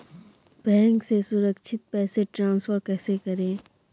Bank से सुरक्षित पैसे ट्रांसफर कैसे करें?